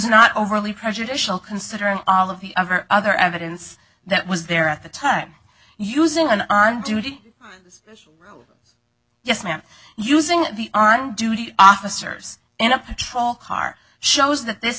not overly prejudicial considering all of the other evidence that was there at the time using an on duty yes ma'am using the on duty officers in a patrol car shows that this